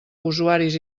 usuaris